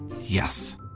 Yes